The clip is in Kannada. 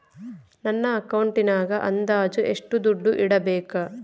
ನನ್ನ ಅಕೌಂಟಿನಾಗ ಅಂದಾಜು ಎಷ್ಟು ದುಡ್ಡು ಇಡಬೇಕಾ?